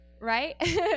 right